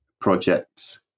projects